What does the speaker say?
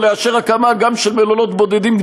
או לאשר הקמה גם של מלונות בודדים,